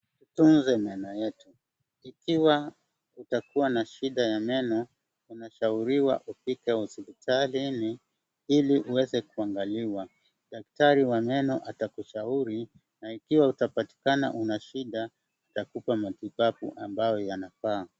Tutunze meno yetu, ikiwa utakuwa na shida ya meno, unashauriwa ufike hospitalini ili uweze kuangaliwa. Daktari wa meno atakushauri na ikiwa utapatikana uko na shida, atakupa maelezo inayofaa.